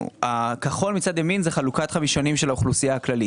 הכחול מצד ימין זה חלוקת חמישונים של האוכלוסייה הכללית.